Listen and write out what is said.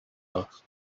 asked